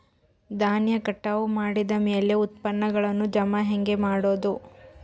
ಧಾನ್ಯ ಕಟಾವು ಮಾಡಿದ ಮ್ಯಾಲೆ ಉತ್ಪನ್ನಗಳನ್ನು ಜಮಾ ಹೆಂಗ ಮಾಡೋದು?